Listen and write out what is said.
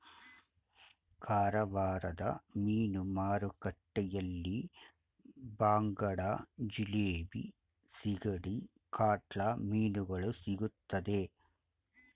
ಕಾರವಾರದ ಮೀನು ಮಾರುಕಟ್ಟೆಯಲ್ಲಿ ಬಾಂಗಡ, ಜಿಲೇಬಿ, ಸಿಗಡಿ, ಕಾಟ್ಲಾ ಮೀನುಗಳು ಸಿಗುತ್ತದೆ